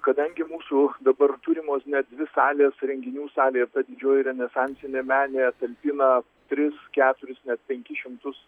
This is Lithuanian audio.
kadangi mūsų dabar turimos net dvi salės renginių salė didžioji renesansinė menė talpina tris keturis net penkis šimtus